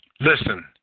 Listen